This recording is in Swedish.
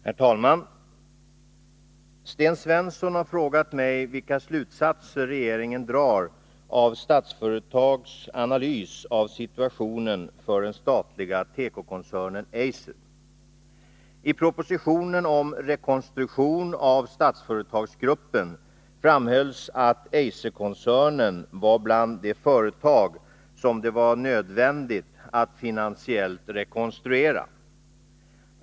Herr talman! Sten Svensson har frågat mig vilka slutsatser regeringen drar av Statsföretags analys av situationen för den statliga tekokoncernen Eiser. I propositionen om rekonstruktion av Statsföretagsgruppen framhölls att Eiser-koncernen var bland de företag som det var nödvändigt att finansiellt rekonstruera.